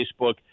Facebook